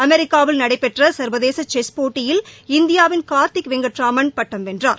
அமெரிக்காவில் நடைபெற்ற சர்வதேச செஸ் போட்டி இந்தியாவின் கார்த்திக் வெங்கட்ராமன் பட்டம் வென்றார்